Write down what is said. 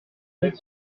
vite